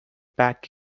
back